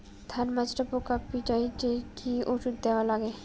ধানের মাজরা পোকা পিটাইতে কি ওষুধ দেওয়া লাগবে?